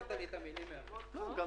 בישיבה הבאה נדבר על נושא משבר התעופה.